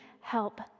help